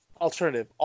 Alternative